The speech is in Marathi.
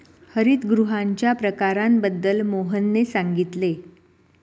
हरितगृहांच्या प्रकारांबद्दल मोहनने सांगितले